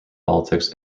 politics